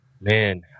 Man